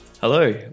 Hello